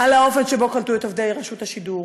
על האופן שבו קלטו את עובדי רשות השידור,